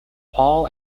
paul